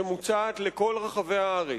שמוצעת לכל רחבי הארץ,